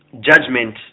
judgment